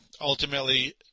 ultimately